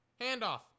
Handoff